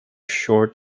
short